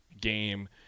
game